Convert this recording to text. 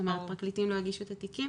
פרקליטים לא הגישו את התיקים,